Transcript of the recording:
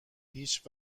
هیچ